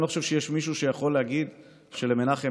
אני לא חושב שיש מישהו שיכול להגיד שלמנחם